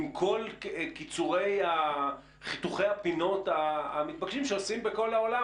עם כל חיתוכי הפינות המתבקשים שעושים בכל העולם?